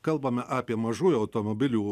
kalbame apie mažųjų automobilių